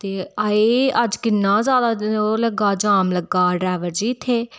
हाय अज्ज किन्ना ज्यादा ओह् लग्गे दा जाम लग्गे दा ड्रैबर जी इत्थै